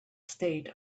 state